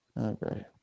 Okay